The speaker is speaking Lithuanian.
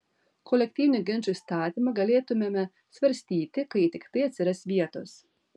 kolektyvinių ginčų įstatymą galėtumėme svarstyti kai tiktai atsiras vietos